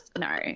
No